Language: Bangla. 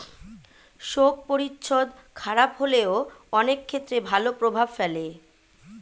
শোক পরিচ্ছদ খারাপ হলেও অনেক ক্ষেত্রে ভালো প্রভাব ফেলে